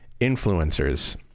influencers